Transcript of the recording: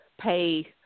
pay